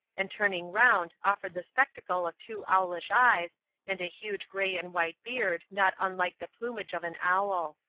and turning round offered the spectacle of two owlish eyes and a huge grey-and-white beard not unlike the plumage of an owl.